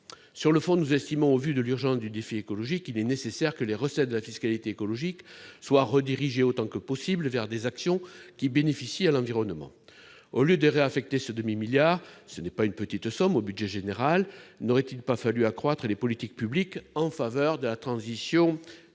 Sur le fond, nous estimons, compte tenu de l'urgence du défi écologique, qu'il est nécessaire que les recettes de la fiscalité écologique soient redirigées autant que possible vers des actions en faveur de l'environnement. Au lieu de réaffecter ce demi-milliard d'euros- ce n'est pas une petite somme ! -au budget général, n'aurait-il pas fallu accroître les politiques publiques en faveur de la transition écologique ?